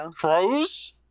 Crows